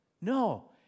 No